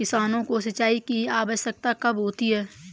किसानों को सिंचाई की आवश्यकता कब होती है?